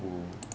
oh